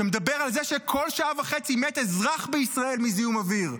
שמדבר על זה שכל שעה וחצי מת אזרח בישראל מזיהום אוויר,